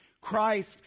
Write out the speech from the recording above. Christ